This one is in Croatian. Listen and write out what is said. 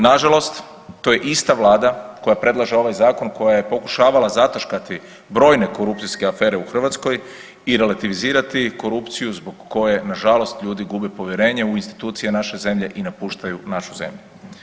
Na žalost to je ista Vlada koja predlaže ovaj zakon koja je pokušavala zataškati brojne korupcijske afere u Hrvatskoj i relativizirati korupciju zbog koje na žalost ljudi gube povjerenje u institucije naše zemlje i napuštaju našu zemlju.